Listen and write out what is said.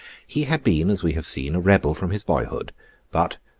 he had been, as we have seen, a rebel from his boyhood but,